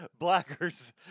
Blackers